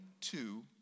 two